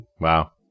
Wow